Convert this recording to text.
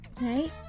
right